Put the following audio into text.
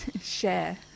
share